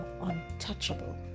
untouchable